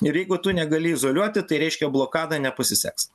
ir jeigu tu negali izoliuoti tai reiškia blokada nepasiseks